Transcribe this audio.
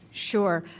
sure.